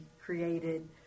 created